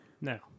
No